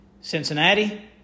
Cincinnati